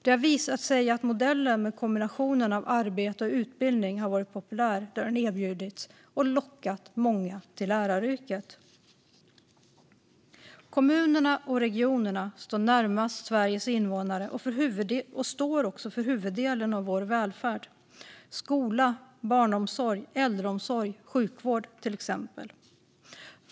Det har visat sig att modellen med kombinationen av arbete och utbildning har varit populär där den erbjudits och lockat många till läraryrket. Kommunerna och regionerna står närmast Sveriges invånare och står också för huvuddelen av vår välfärd, till exempel skola, barnomsorg, äldreomsorg och sjukvård.